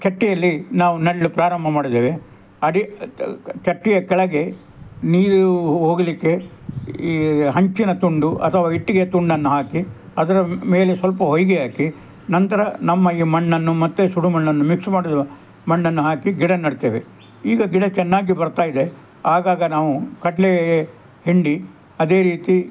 ಚಟ್ಟಿಯಲ್ಲಿ ನಾವು ನೆಡ್ಲು ಪ್ರಾರಂಭ ಮಾಡಿದ್ದೇವೆ ಅಡಿ ಚಟ್ಟಿಯ ಕೆಳಗೆ ನೀರು ಹೋಗಲಿಕ್ಕೆ ಈ ಹಂಚಿನ ತುಂಡು ಅಥವಾ ಇಟ್ಟಿಗೆ ತುಂಡನ್ನು ಹಾಕಿ ಅದರ ಮೇಲೆ ಸ್ವಲ್ಪ ಹೊಯ್ಗೆ ಹಾಕಿ ನಂತರ ನಮ್ಮ ಈ ಮಣ್ಣನ್ನು ಮತ್ತೆ ಸುಡುಮಣ್ಣನ್ನು ಮಿಕ್ಸ್ ಮಾಡಿದ ಮಣ್ಣನ್ನು ಹಾಕಿ ಗಿಡ ನೆಡ್ತೇವೆ ಈಗ ಗಿಡ ಚೆನ್ನಾಗಿ ಬರ್ತಾಯಿದೆ ಆಗಾಗ ನಾವು ಕಡಲೆ ಹಿಂಡಿ ಅದೇ ರೀತಿ